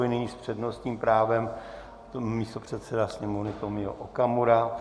Nyní s přednostním právem místopředseda Sněmovny Tomio Okamura.